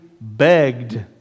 begged